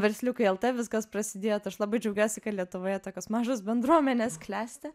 versliukai lt viskas prasidėjo tai aš labai džiaugiuosi kad lietuvoje tokios mažos bendruomenės klesti